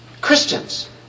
Christians